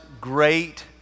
great